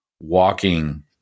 walking